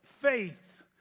faith